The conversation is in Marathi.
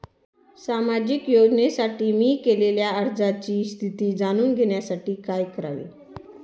सामाजिक योजनेसाठी मी केलेल्या अर्जाची स्थिती जाणून घेण्यासाठी काय करावे?